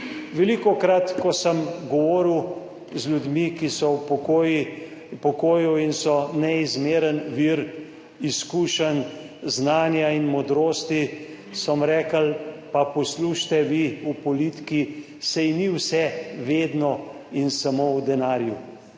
Velikokrat, ko sem govoril z ljudmi, ki so v pokoju in so neizmeren vir izkušenj, znanja in modrosti, so mi rekli, pa poslušajte vi v politiki, saj ni vse vedno in samo v denarju,